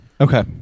Okay